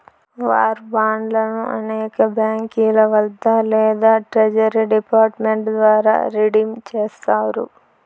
war బాండ్లను అనేక బాంకీల వద్ద లేదా ట్రెజరీ డిపార్ట్ మెంట్ ద్వారా రిడీమ్ చేస్తారు